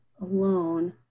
alone